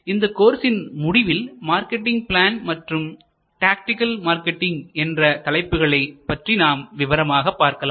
இந்த கோர்ஸின் முடிவில் மார்க்கெட்டிங் பிளான் மற்றும் டாக்டிகல் மார்க்கெட்டிங் என்ற தலைப்புகளைப் பற்றி நாம் விவரமாக பார்க்கலாம்